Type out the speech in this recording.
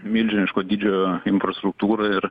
milžiniško dydžio infrastruktūra ir